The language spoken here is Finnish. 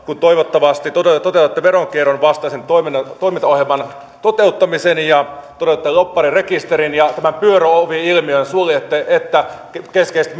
kun toivottavasti toteutatte veronkierron vastaisen toimintaohjelman ja toteutatte lobbarirekisterin ja tämän pyöröovi ilmiön suljette että keskeiset